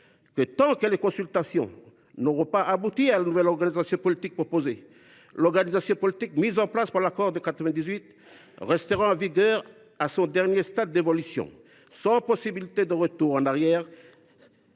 tant que les consultations n’auront pas abouti à la nouvelle organisation politique proposée, l’organisation politique mise en place par l’accord de 1998 restera en vigueur, à son dernier stade d’évolution, sans possibilité de retour en arrière,